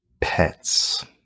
pets